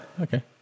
okay